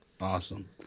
awesome